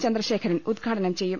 ചന്ദ്രശേഖർൻ ഉദ്ഘാടനം ചെയ്യും